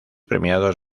premiados